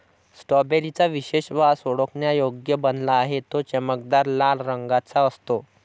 strawberry चा विशेष वास ओळखण्यायोग्य बनला आहे, तो चमकदार लाल रंगाचा असतो